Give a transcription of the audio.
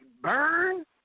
burn